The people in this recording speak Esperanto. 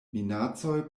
minacoj